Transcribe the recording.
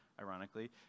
ironically